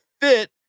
fit